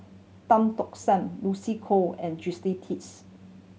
Tan Tock San Lucy Koh and